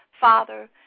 father